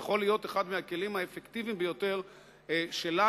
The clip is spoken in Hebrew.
יכול להיות אחד הכלים האפקטיביים ביותר שלנו,